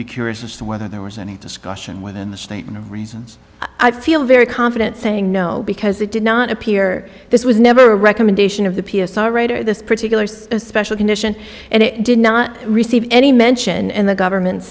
be curious as to whether there was any discussion within the statement of reasons i feel very confident saying no because they did not appear this was never a recommendation of the p s l right or this particular says a special condition and it did not receive any mention in the government's